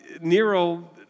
Nero